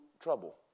trouble